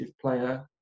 player